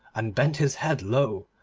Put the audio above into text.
and bent his head low,